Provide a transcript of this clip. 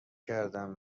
کردم